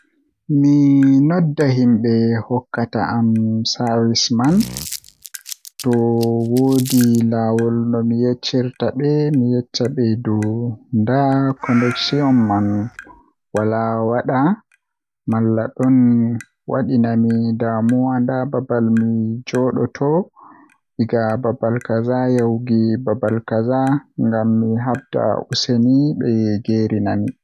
Mi noddan himbe hokkata am savis man to woodi laawol no mi yeccirta be mi yecca be dow nda conneshion am wala wada malladon waddinami damuwa nda babal mi joodata egaa babal kaza yahuki babal kaza ngamman be habda useni be geerinami.